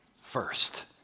first